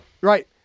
right